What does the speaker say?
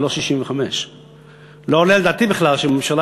ולא 65. לא עולה על דעתי בכלל שממשלה